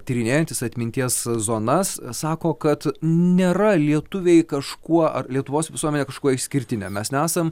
tyrinėjantys atminties zonas sako kad nėra lietuviai kažkuo ar lietuvos visuomenė kažkuo išskirtinė mes nesam